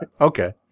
Okay